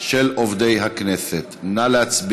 של עובדי הכנסת), התשע"ח 2018. נא להצביע.